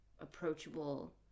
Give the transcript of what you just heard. approachable